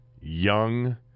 Young